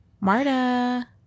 Marta